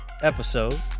episode